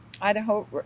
Idaho